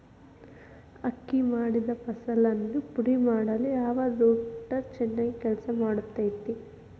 ಅಕ್ಕಿ ಮಾಡಿದ ಫಸಲನ್ನು ಪುಡಿಮಾಡಲು ಯಾವ ರೂಟರ್ ಚೆನ್ನಾಗಿ ಕೆಲಸ ಮಾಡತೈತ್ರಿ?